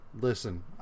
listen